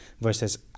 versus